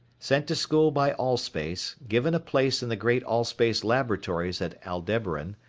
sent to school by allspace, given a place in the great allspace laboratories at aldebaran,